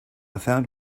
found